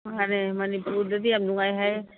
ꯃꯥꯅꯦ ꯃꯅꯤꯄꯨꯔꯗꯗꯤ ꯌꯥꯝ ꯅꯨꯡꯉꯥꯏ ꯍꯥꯏꯌꯦ